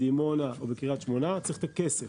בדימונה או בקריית שמונה צריך את הכסף.